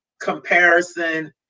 comparison